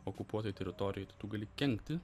okupuotoj teritorijoj tai tu gali kenkti